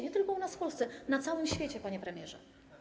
Nie tylko u nas, w Polsce, ale i na całym świecie, panie premierze.